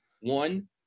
one